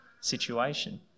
situation